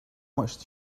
much